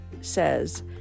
says